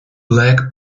black